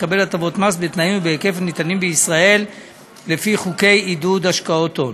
לקבל הטבות מס בתנאים ובהיקף הניתנים בישראל לפי חוקי עידוד השקעות הון.